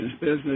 business